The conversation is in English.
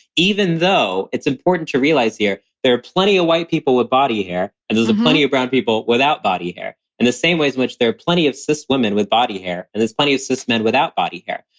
even though it's important to realize here there are plenty of white people with body hair and there's ah plenty of brown people without body hair and the same way as which there are plenty of cis women with body hair and there's plenty of cis men without body hair.